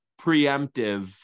preemptive